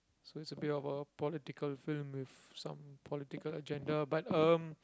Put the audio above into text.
so it's a bit of a political film with some political agenda but um